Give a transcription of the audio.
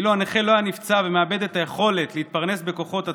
אילו הנכה לא היה נפצע ומאבד את היכולת להתפרנס בכוחות עצמו,